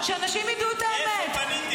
שאנשים ידעו את האמת.